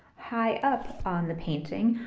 high up on the painting,